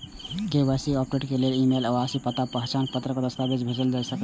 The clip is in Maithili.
के.वाई.सी अपडेट करै लेल ईमेल सं आवासीय पता आ पहचान पत्रक दस्तावेज भेजल जा सकैए